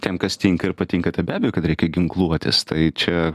tiem kas tinka ir patinka tai be abejo kad reikia ginkluotis tai čia